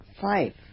five